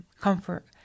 comfort